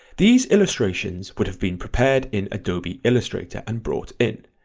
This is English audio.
these illustrations would have been prepared in adobe illustrator and brought in.